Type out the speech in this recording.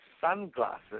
sunglasses